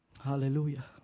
hallelujah